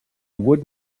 would